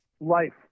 life